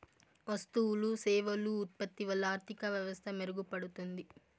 వస్తువులు సేవలు ఉత్పత్తి వల్ల ఆర్థిక వ్యవస్థ మెరుగుపడుతుంది